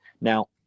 now